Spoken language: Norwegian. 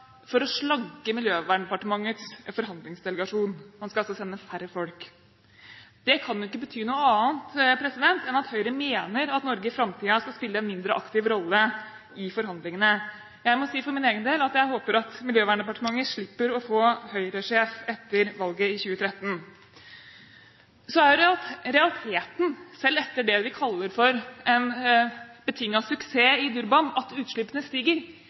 å slanke Miljøverndepartementets forhandlingsdelegasjon. En skal altså sende færre folk. Det kan ikke bety noe annet enn at Høyre mener at Norge i framtiden skal spille en mindre aktiv rolle i forhandlingene. Jeg må si for min egen del at jeg håper Miljøverndepartementet slipper å få en Høyre-sjef etter valget i 2013. Så er realiteten, selv etter det vi kaller for en betinget suksess i Durban, at utslippene stiger.